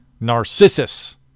Narcissus